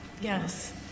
Yes